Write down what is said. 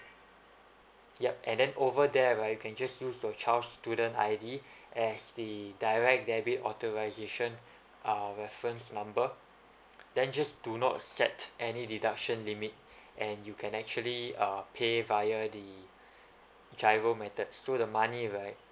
yup and then over there right you can just use your child's student I_D as the direct debit authorisation uh reference number then just do not set any deduction limit and you can actually uh pay via the giro method so the money right